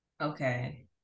Okay